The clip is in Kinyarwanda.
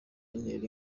intera